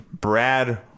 Brad